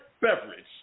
beverage